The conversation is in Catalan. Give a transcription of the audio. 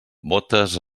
bótes